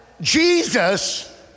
Jesus